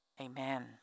Amen